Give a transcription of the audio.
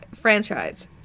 franchise